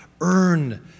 earn